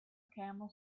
camel